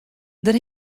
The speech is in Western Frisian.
der